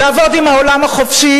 לעבוד עם העולם החופשי,